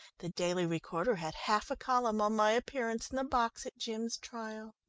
the daily recorder had half a column on my appearance in the box at jim's trial.